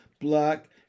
black